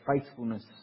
faithfulness